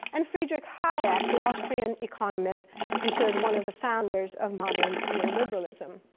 and friedrich hayek, the austrian economist considered one of the founders of modern neoliberalism.